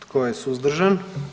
Tko je suzdržan?